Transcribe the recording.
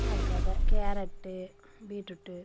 அதுக்காக carrot beetroot